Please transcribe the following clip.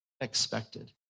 expected